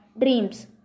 dreams